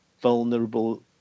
vulnerable